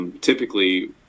Typically